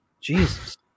Jesus